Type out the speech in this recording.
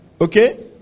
Okay